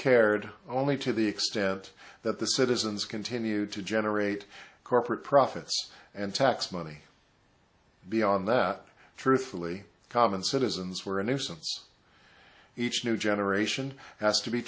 cared only to the extent that the citizens continue to generate corporate profits and tax money beyond that truthfully common citizens were a nuisance each new generation has to be